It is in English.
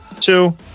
two